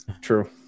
True